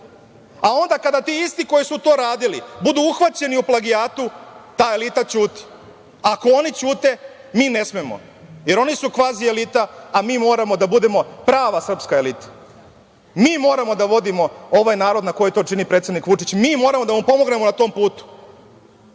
A onda kada ti isti koji su to radili budu uhvaćeni u plagijatu, ta elita ćuti. Ako oni ćute, mi ne smemo. Jer, oni su kvazi elita a mi moramo da budemo prava srpska elita. Mi moramo da vodimo ovaj narod na koji to čini predsednik Vučić, mi moramo da mu pomognemo na tom putu.